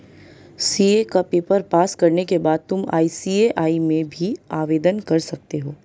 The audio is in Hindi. सी.ए का पेपर पास करने के बाद तुम आई.सी.ए.आई में भी आवेदन कर सकते हो